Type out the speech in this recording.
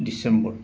December